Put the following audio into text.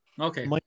okay